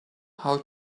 how